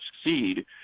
succeed